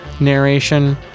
narration